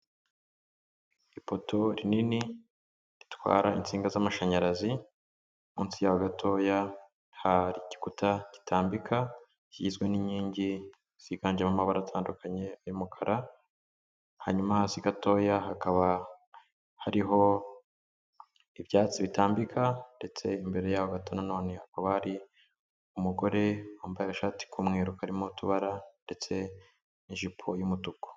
Ipoto rinini ritwara insinga z'amashanyarazi, munsi yaho gatoya hari igikuta gitambika kigizwe n'inkingi ziganjemo mabara atandukanye y'umukara, hanyuma hasi gatoya hakaba hariho ibyatsi bitambika ndetse imbere yaho gato nanone hakaba hari umugore wambaye ishati k'umweru karimo utubara ndetse n'ijipo y'umutuku.